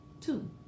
Two